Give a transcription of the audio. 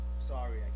sorry